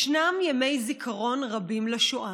ישנם ימי זיכרון רבים לשואה: